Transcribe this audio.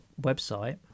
website